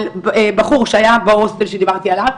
על בחור שהיה בהוסטל שדיברתי עליו,